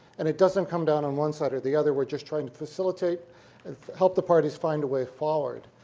and it doesn't come down on one side or the other, we're just trying to facilitate and help the parties find a way forward,